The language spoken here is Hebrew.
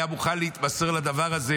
היה מוכן להתמסר לדבר הזה.